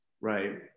right